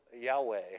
Yahweh